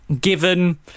Given